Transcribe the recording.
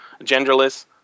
genderless